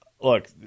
look